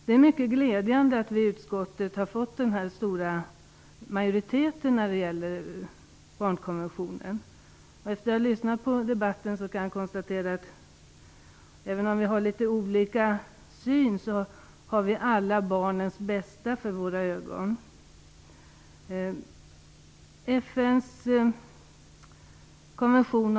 Det är mycket glädjande att vi i utskottet har uppnått så stor majoritet när det gäller barnkonventionen. Efter att ha lyssnat på debatten kan jag konstatera att vi alla, även om vi har litet olika syn, har barnens bästa för våra ögon.